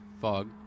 fog